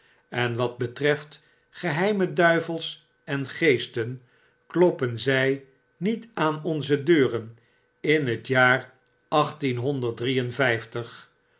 en wat betreft geheime duivels en geesten kloppen zy niet aan onze deuren in het jaar